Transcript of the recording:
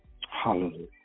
Hallelujah